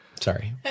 Sorry